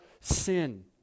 sin